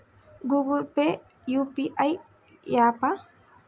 Google Pay UPI య్యాపా?